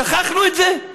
שכחנו את זה?